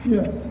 Yes